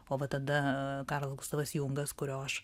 o va tada karlas gustavas jungas kurio aš